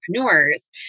entrepreneurs